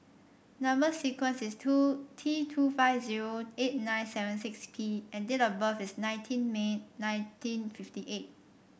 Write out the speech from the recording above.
number sequence is two T two five zero eight nine seven six P and date of birth is nineteen May nineteen fifty eight